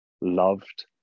loved